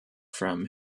from